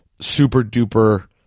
super-duper